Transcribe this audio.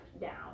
down